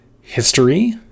History